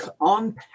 on